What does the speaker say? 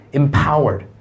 empowered